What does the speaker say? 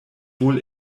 wohl